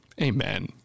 amen